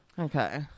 Okay